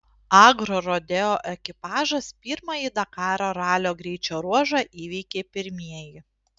agrorodeo ekipažas pirmąjį dakaro ralio greičio ruožą įveikė pirmieji